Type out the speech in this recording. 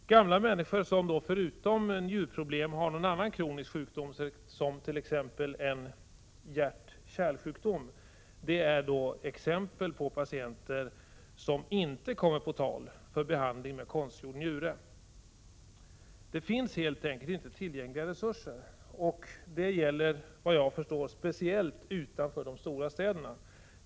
Gamla människor som, förutom njurproblem, har någon annan kronisk sjukdom, t.ex. hjärt-kärlsjukdom, är exempel på patienter som inte kommer på tal för behandling med konstgjord njure. Det finns helt enkelt inte tillgängliga resurser. Detta gäller, såvitt jag förstår, speciellt utanför de stora städerna.